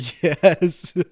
Yes